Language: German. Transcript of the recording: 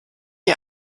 die